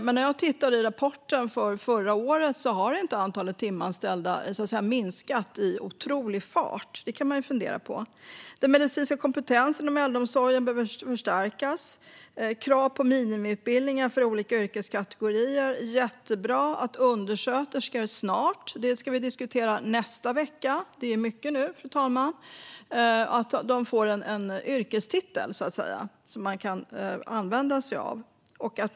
Men när jag tittar i rapporten för förra året ser jag att antalet timanställda inte har minskat i otrolig fart. Det kan man ju fundera på. Den medicinska kompetensen inom äldreomsorgen behöver förstärkas, och det behövs krav på minimiutbildning för olika yrkeskategorier. Det är jättebra att undersköterskor snart får en yrkestitel att använda sig av. Det ska vi diskutera nästa vecka - det är mycket nu, fru talman.